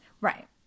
Right